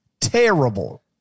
terrible